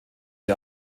die